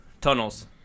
Tunnels